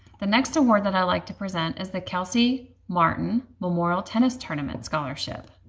the next award that i'd like to present is the kelsey martin memorial tennis tournament scholarship.